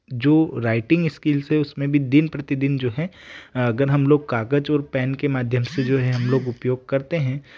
जो writing skills हैं उसमें भी दिन प्रतिदिन जो है अगर हम लोग कागज़ और पेन के माध्यम से जो है हम लोग उपयोग करते हैं